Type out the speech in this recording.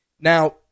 Now